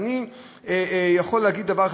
אני יכול להגיד דבר אחד,